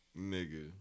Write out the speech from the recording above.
Nigga